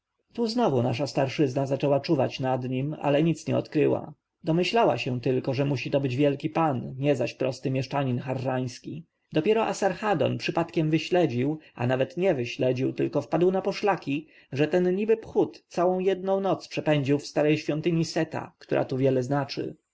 tu znowu nasza starszyzna zaczęła czuwać nad nim ale nic nie odkryła domyślała się tylko że musi to być wielki pan nie zaś prosty mieszczanin harrański dopiero asarhadon przypadkiem wyśledził a nawet nie wyśledził tylko wpadł na poszlaki że ten niby phut całą jedną noc przepędził w starej świątyni seta która tu wiele znaczy